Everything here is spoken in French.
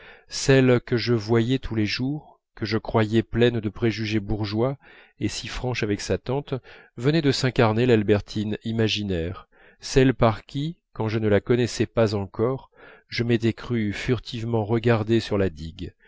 celle que je voyais tous les jours que je croyais pleine de préjugés bourgeois et si franche avec sa tante venait de s'incarner l'albertine imaginaire celle par qui quand je ne la connaissais pas encore je m'étais cru furtivement regardé sur la digue